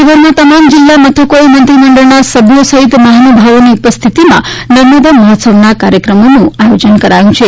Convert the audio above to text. રાજ્યભરમાં તમામ જિલ્લા મથકોએ મંત્રીમંડળના સભ્યો સહિત મહાનુભાવોની ઉપસ્થિતિમાં નર્મદા મહોત્સવના કાર્યક્રમોનું આયોજન કરાયું છે